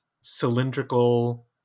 cylindrical